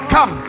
Come